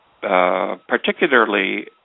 particularly